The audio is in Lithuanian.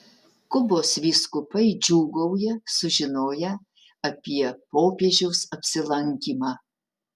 kubos vyskupai džiūgauja sužinoję apie popiežiaus apsilankymą